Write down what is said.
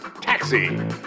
Taxi